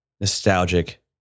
nostalgic